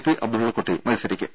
P Abdullakutty മത്സരിക്കും